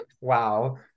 Wow